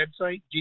website